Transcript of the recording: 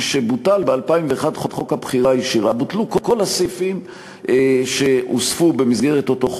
משבוטל ב-2001 חוק הבחירה הישירה בוטלו כל הסעיפים שהוספו במסגרתו,